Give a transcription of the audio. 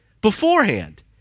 beforehand